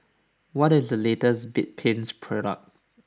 what is the latest Bedpans product